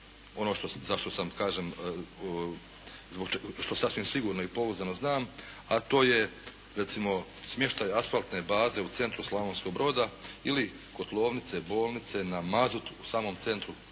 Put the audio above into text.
Evo samo da kažem, ono za što sasvim sigurno i pouzdano znam, a to je recimo smještaj asfaltne baze u centru Slavonskog Broda ili kotlovnice bolnice na mazut u samom centru Slavonskog Broda,